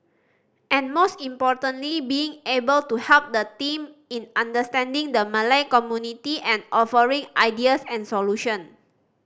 and most importantly being able to help the team in understanding the Malay community and offering ideas and solution